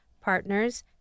partners